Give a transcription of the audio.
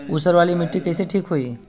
ऊसर वाली मिट्टी कईसे ठीक होई?